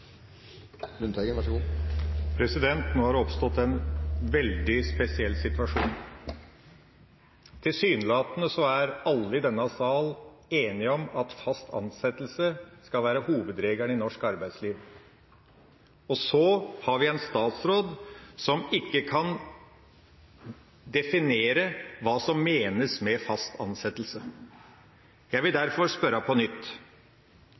alle i denne sal enige om at fast ansettelse skal være hovedregelen i norsk arbeidsliv. Så har vi en statsråd som ikke kan definere hva som menes med fast ansettelse. Jeg vil derfor spørre på nytt: